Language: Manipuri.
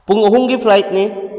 ꯄꯨꯡ ꯑꯍꯨꯝꯒꯤ ꯐ꯭ꯂꯥꯏꯠꯅꯤ